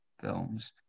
films